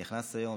שנכנס היום,